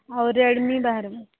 ଆଉ ରେଡ଼ମୀ ବାହାରିବ